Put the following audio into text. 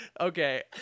Okay